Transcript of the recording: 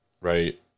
right